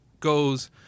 goes